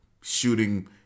shooting